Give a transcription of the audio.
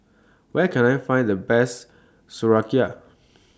Where Can I Find The Best Sauerkraut